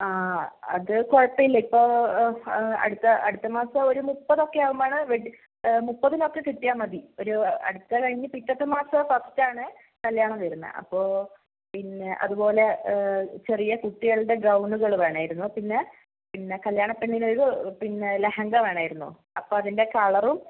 ആ അത് കുഴപ്പമില്ല ഇപ്പോൾ ആ അടുത്ത അടുത്ത മാസം ഒരു മുപ്പതൊക്കെ ആകുമ്പോൾ ആണ് വെഡ്ഡിങ്ങ് മുപ്പതിനൊക്കെ കിട്ടിയാൽ മതി ഒരു അടുത്തത് കഴിഞ്ഞ് പിറ്റത്തെ മാസം ഫസ്റ്റ് ആണ് കല്യാണം വരുന്നത് അപ്പോൾ പിന്നെ അതുപോലെ ചെറിയ കുട്ടികളുടെ ഗൌണുകൾ വേണമായിരുന്നു പിന്നെ പിന്നെ കല്യാണ പെണ്ണിനൊരു പിന്നെ ലെഹങ്ക വേണമായിരുന്നു അപ്പോൾ അതിൻ്റെ കളറും